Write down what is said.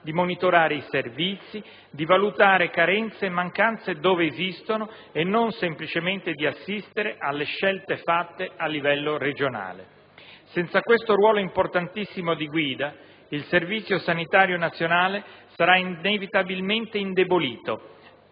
di monitorare i servizi, di valutare carenze e mancanze dove esistono e non semplicemente di assistere alle scelte fatte a livello regionale. Senza questo ruolo importantissimo di guida il Servizio sanitario nazionale sarà inevitabilmente indebolito